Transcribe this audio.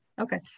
okay